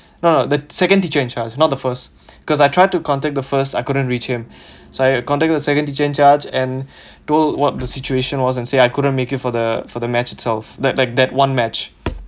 no no the second teacher in charge not the first cause I tried to contact the first I couldn't reach him so I contact the second teacher in charge and told what the situation was and say I couldn't make it for the for the match itself that like that one match